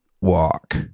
walk